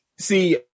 See